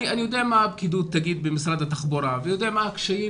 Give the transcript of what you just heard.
אני יודע מה הפקידות תגיד במשרד התחבורה ויודע מה הקשיים